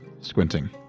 squinting